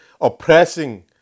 oppressing